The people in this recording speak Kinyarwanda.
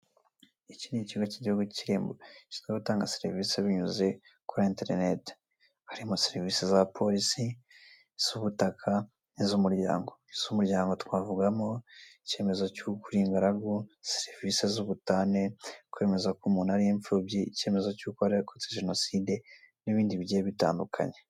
Iki ni ikigo cy'Igihugu cy'Irembo gishinzwe gutanga serivisi binyuze kuri interineti. Harimo serivisi za polisi, iz'ubutaka n'iz'umuryango. Iz'umuryango twavugamo icyemezo cy'uko uri ingaragu, serivisi z'ubutane, kwemeza ko umuntu ari impfubyi, icyemezo cy'uko warokotse jenoside, n'ibindi bigiye bitandukanye.